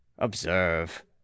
observe